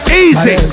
Easy